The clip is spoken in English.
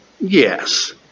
Yes